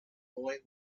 boy